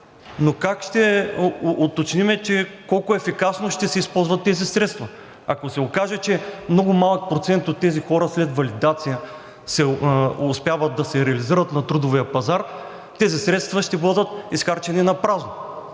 Как ще уточним колко ефикасно ще се използват тези средства? Ако се окаже, че много малък процент от тези хора след валидация успяват да се реализират на трудовия пазар, тези средства ще бъдат изхарчени напразно.